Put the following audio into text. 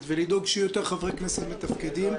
ולדאוג שיהיו יותר חברי כנסת מתפקדים,